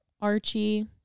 Archie